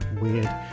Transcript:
weird